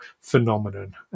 phenomenon